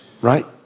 right